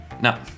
No